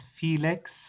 Felix